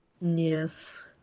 Yes